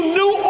new